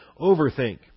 overthink